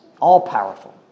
All-powerful